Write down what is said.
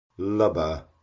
Lubber